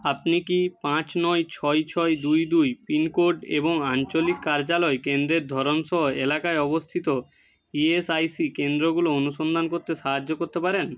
আপনি কি পাঁচ নয় ছয় ছয় দুই দুই পিনকোড এবং আঞ্চলিক কার্যালয় কেন্দ্রের ধরন সহ এলাকায় অবস্থিত ইএসআইসি কেন্দ্রগুলো অনুসন্ধান করতে সাহায্য করতে পারেন